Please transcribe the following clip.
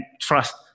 trust